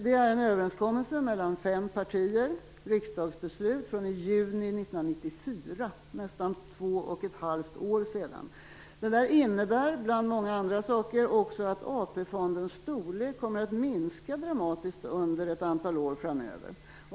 Det är en överenskommelse mellan fem partier i form av ett riksdagsbeslut från juni 1994, för nästan två och ett halvt år sedan. Det innebär bland många andra saker att AP-fondens storlek kommer att minska dramatiskt under ett antal år framöver.